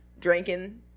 drinking